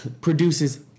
produces